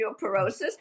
osteoporosis